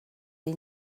dir